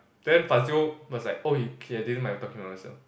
then Faizul was like okay never mind I'm talking about myself